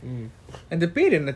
mm அந்த பெரு என்ன:antha peru enna